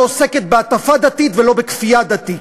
לא עוסקת בהטפה דתית ולא בכפייה דתית,